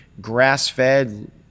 grass-fed